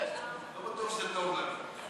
לא בטוח שזה טוב לנו.